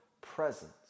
presence